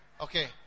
Okay